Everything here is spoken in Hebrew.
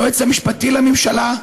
ליועץ המשפטי לממשלה,